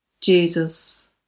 Jesus